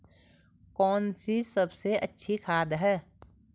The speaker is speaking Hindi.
कौन सी सबसे अच्छी खाद है?